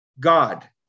God